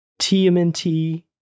TMNT